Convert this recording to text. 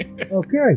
Okay